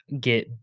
get